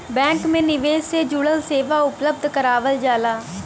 bank में निवेश से जुड़ल सेवा उपलब्ध करावल जाला